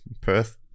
Perth